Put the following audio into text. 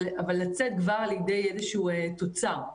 אבל לצאת כבר עם איזשהו תוצר.